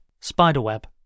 Spiderweb